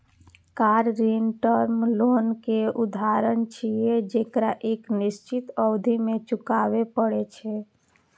car ऋण term loan के उदाहरण छियै, जेकरा एक निश्चित अवधि मे चुकबै पड़ै छै